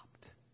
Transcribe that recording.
stopped